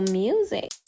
music